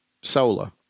solar